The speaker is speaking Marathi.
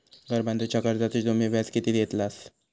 घर बांधूच्या कर्जाचो तुम्ही व्याज किती घेतास?